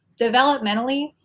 developmentally